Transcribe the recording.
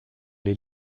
les